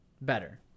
better